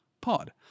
pod